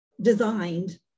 designed